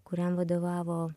kuriam vadovavo